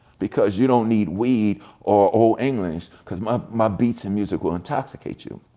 because you don't need weed or olde english, cause my my beats and music will intoxicate you.